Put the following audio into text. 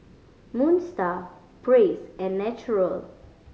Moon Star Praise and Naturel